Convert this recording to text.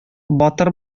батыр